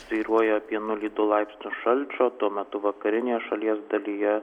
svyruoja apie nulį du laipsnius šalčio tuo metu vakarinėje šalies dalyje